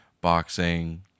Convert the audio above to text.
boxing